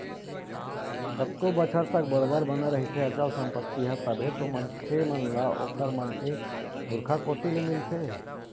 कतको बछर तक बरोबर बने रहिथे अचल संपत्ति ह तभे तो मनखे मन ल ओखर मन के पुरखा कोती ले मिलथे